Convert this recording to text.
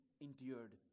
endured